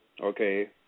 Okay